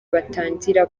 batangira